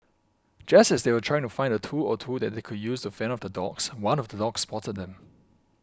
just as they were trying to find a tool or two that they could use to fend off the dogs one of the dogs spotted them